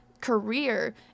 career